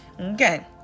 okay